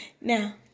now